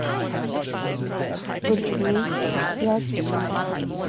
good evening yes